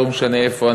לא משנה איפה,